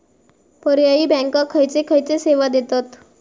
पर्यायी बँका खयचे खयचे सेवा देतत?